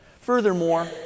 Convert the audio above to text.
Furthermore